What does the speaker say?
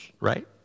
right